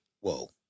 Whoa